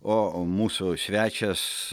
o mūsų svečias